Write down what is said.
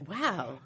wow